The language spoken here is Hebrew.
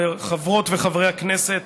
חברות וחברי הכנסת,